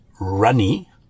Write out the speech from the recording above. runny